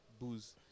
booze